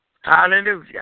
Hallelujah